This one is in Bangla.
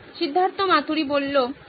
সিদ্ধার্থ মাতুরি হ্যাঁ